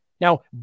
Now